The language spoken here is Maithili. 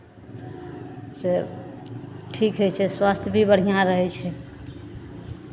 से ठीक होइ छै स्वास्थ्य भी बढ़िआँ रहै छै